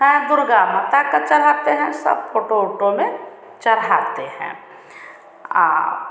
हैं दुर्गा माता को चढ़ाते हैं सब फोटो उटो में चढ़ाते हैं और